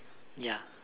ya